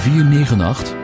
498